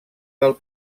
del